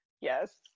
Yes